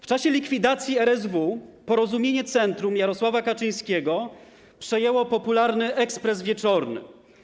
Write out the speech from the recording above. W czasie likwidacji RSW Porozumienie Centrum Jarosława Kaczyńskiego przejęło popularny „Express Wieczorny”